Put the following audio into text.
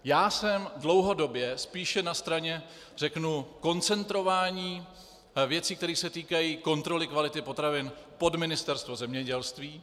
Já jsem dlouhodobě spíše na straně koncentrování věcí, které se týkají kontroly kvality potravin, pod Ministerstvo zemědělství.